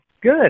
Good